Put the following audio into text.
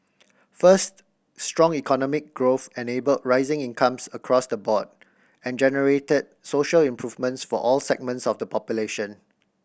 first strong economic growth enabled rising incomes across the board and generated social improvements for all segments of the population